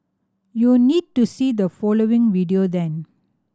you need to see the following video then